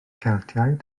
celtiaid